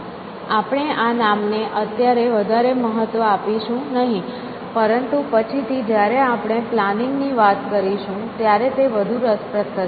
આપણે આ નામને અત્યારે વધારે મહત્વ આપીશું નહીં પરંતુ પછીથી જ્યારે આપણે પ્લાનિંગ ની વાત કરીશું ત્યારે તે વધુ રસપ્રદ થશે